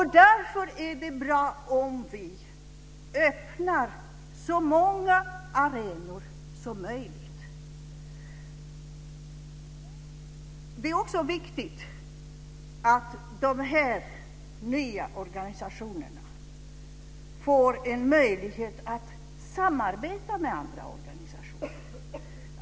Därför är det bra om vi öppnar så många arenor som möjligt. Det är också viktigt att de här nya organisationerna får en möjlighet att samarbeta med andra organisationer.